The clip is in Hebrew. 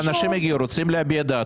רוצים להביע דעה.